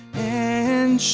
and